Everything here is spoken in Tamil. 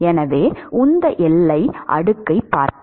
எனவே உந்த எல்லை அடுக்கைப் பார்ப்போம்